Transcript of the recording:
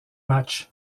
matchs